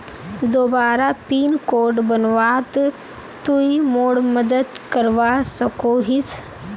दोबारा pin code बनवात तुई मोर मदद करवा सकोहिस?